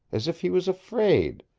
as if he was afraid,